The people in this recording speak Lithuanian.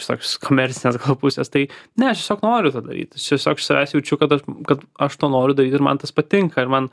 iš tokios komercinės gal pusės tai ne aš tiesiog noriu tą daryt aš tiesiog iš savęs jaučiu kad aš kad aš to noriu daryt ir man tas patinka ir man